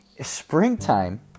Springtime